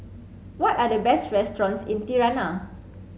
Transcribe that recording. what are the best restaurants in Tirana